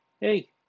Hey